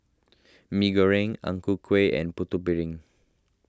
Mee Goreng Ang Ku Kueh and Putu Piring